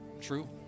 True